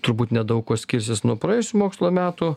turbūt nedaug kuo skirsis nuo praėjusių mokslo metų